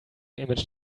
image